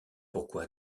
pourquoi